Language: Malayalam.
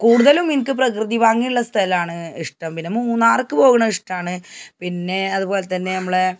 കൂടുതലും എനിക്കു പ്രകൃതി ഭംഗിയുള്ള സ്ഥലമാണ് ഇഷ്ടം പിന്നെ മൂന്നാറിലേക്കു പോകണത് ഇഷ്ടമാണ് പിന്നെ അതുപോലെ തന്നെ നമ്മളെ